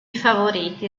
favoriti